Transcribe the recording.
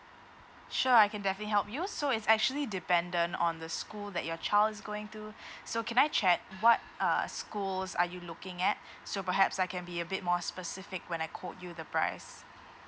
sure I can definitely help you so it's actually dependent on the school that your child is going to so can I check what uh schools are you looking at so perhaps I can be a bit more specific when I quote you the price